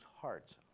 hearts